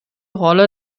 rolle